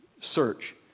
search